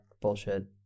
bullshit